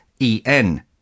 en